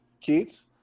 Keats